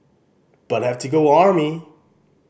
but have to go army